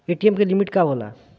ATM की limit का होला?